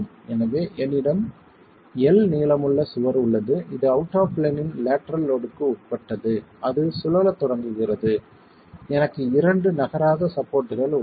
எனவே என்னிடம் L நீளமுள்ள சுவர் உள்ளது இது அவுட் ஆப் பிளேன்ன் லேட்டரல் லோட்க்கு உட்பட்டது அது சுழலத் தொடங்குகிறது எனக்கு இரண்டு நகராத சப்போர்ட்கள் உள்ளன